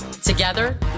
Together